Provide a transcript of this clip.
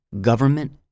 government